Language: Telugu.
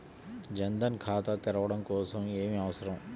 జన్ ధన్ ఖాతా తెరవడం కోసం ఏమి అవసరం?